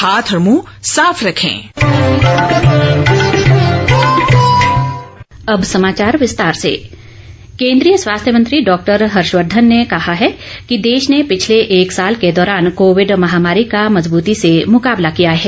हर्षवर्धन केंद्रीय स्वास्थ्य मंत्री डॉक्टर हर्षवर्धन ने कहा है कि देश ने पिछले एक साल के दौरान कोविड महामारी का मजबृती से मुकाबला किया है